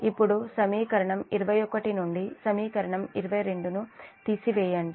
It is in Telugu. ఇప్పుడు సమీకరణం 21 నుండి సమీకరణం 22 తీసివేయండి